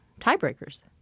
tiebreakers